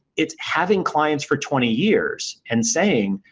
it's having clients for twenty years and saying,